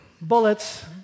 bullets